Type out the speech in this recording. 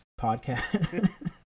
podcast